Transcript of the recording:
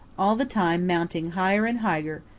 all the time mounting higher and higher,